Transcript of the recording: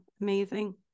Amazing